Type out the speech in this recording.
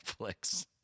Netflix